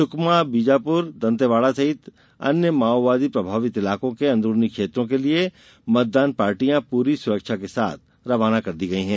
सुकमा बीजापुर दंतेवाड़ा सहित अन्य माओवादी प्रभावित इलाकों के अंदरूनी क्षेत्रों के लिए मतदान पार्टियां पूरी सुरक्षा के साथ रवाना कर दी गई है